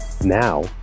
now